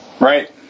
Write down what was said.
Right